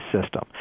system